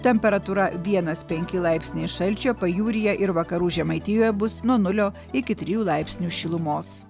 temperatūra vienas penki laipsniai šalčio pajūryje ir vakarų žemaitijoje bus nuo nulio iki trijų laipsnių šilumos